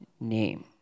name